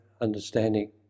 understanding